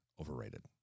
overrated